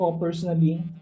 personally